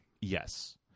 Yes